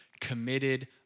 committed